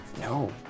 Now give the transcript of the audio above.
no